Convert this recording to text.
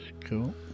Cool